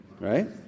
right